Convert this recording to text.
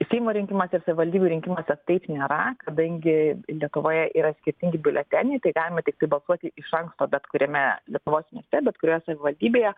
seimo rinkimuose ir savivaldybių rinkimuose taip nėra kadangi lietuvoje yra skirtingi biuleteniai tai galima tiktai balsuoti iš anksto bet kuriame lietuvos mieste bet kurioje savivaldybėje